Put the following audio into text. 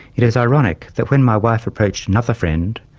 it is ironic that when my wife approached another friend,